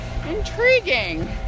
Intriguing